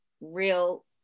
real